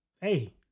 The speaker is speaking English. Hey